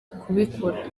kubikora